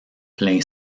plein